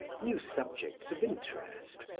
new subjects of interest,